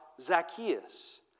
Zacchaeus